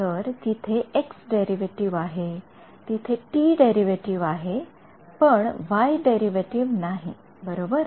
तर तिथे x derivative आहे तिथे t डेरीवेटीव्ह आहे पण y डेरीवेटीव्ह नाही बरोबर